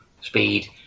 speed